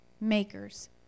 makers